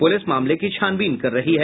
police मामले की छानबीन कर रही है